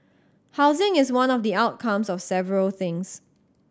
housing is one of the outcomes of several things